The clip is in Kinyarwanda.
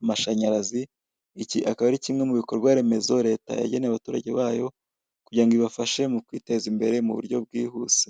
amashanyarazi, iki akaba ari kimwe mu bikorwa remezo leta yageneye abaturage bayo kugira ngo ibafashe mu kwiteza imbere mu buryo bwihuse.